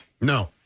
No